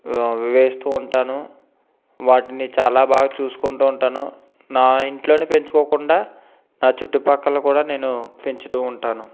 వేస్తూ ఉంటాను వాటిని చాల బాగా చూసుకుంటూ ఉంటాను నా ఇంట్లోని పెంచుకోకుండా నా చుట్టుపక్కల కూడా నేను పెంచుతూ ఉంటాను